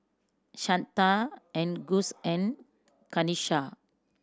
Shanda and Gus and Kanisha